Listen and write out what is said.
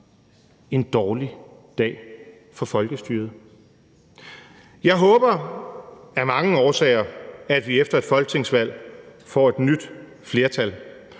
en dårlig dag for folkestyret. Kl. 19:01 Jeg håber af mange årsager, at vi efter et folketingsvalg får et nyt flertal,